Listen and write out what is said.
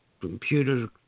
computer